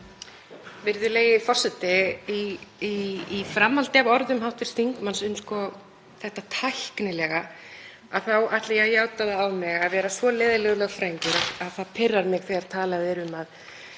Virðulegi forseti. Í framhaldi af orðum hv. þingmanns um þetta tæknilega ætla ég að játa það á mig að vera svo leiðinlegur lögfræðingur að það pirrar mig þegar talað er um að